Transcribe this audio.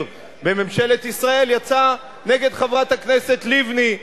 בממשלת ישראל יצא נגד חברת הכנסת לבני,